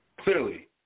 clearly